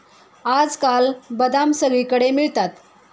आजकाल बदाम सगळीकडे मिळतात